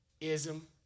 ism